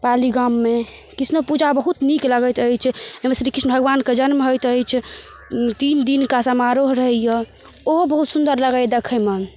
पाली गाममे कृष्णो पूजा बहुत नीक लगैत अछि ओहिमे श्रीकृष्ण भगवानके जन्म होइत अछि तीन दिन का समारोह रहैए ओहो बहुत सुन्दर लगैए देखैमे